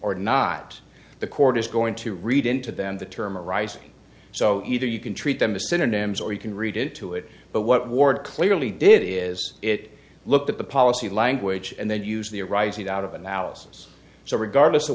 or not the court is going to read into them the term arising so either you can treat them as synonyms or you can read into it but what ward clearly did is it looked at the policy language and then use the arising out of analysis so regardless of